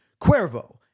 Cuervo